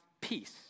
peace